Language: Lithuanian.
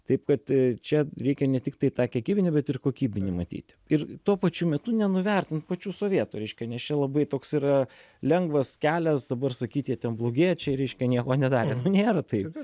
taip kad čia reikia ne tiktai tą kiekybinį bet ir kokybinį matyti ir tuo pačiu metu nenuvertint pačių sovietų reiškia nes čia labai toks yra lengvas kelias dabar sakyti jie ten blogiečiai reiškia nieko nedarė nu nėra taip